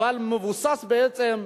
אבל מבוסס בעצם,